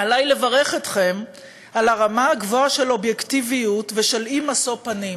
עלי לברך אתכם על הרמה הגבוהה של אובייקטיביות ושל אי-משוא פנים.